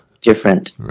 different